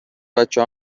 بچه